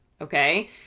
okay